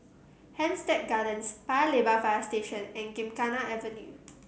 Hampstead Gardens Paya Lebar Fire Station and Gymkhana Avenue